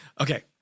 Okay